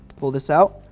pull this out.